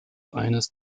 eines